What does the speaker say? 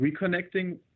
reconnecting